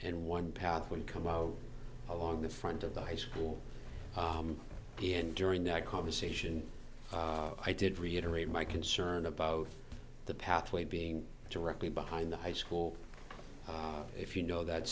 and one path would come out along the front of the high school and during that conversation i did reiterate my concern about the pathway being directly behind the high school if you know that